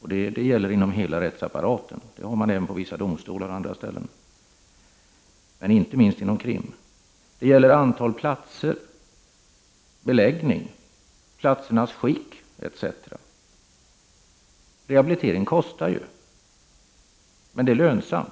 Så är det inom hela rättsapparaten, även inom vissa domstolar, men inte minst inom kriminalvården. Det gäller antal platser, beläggning, platsernas skick etc. Rehabilitering kostar ju, men den är lönsam.